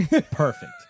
perfect